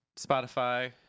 Spotify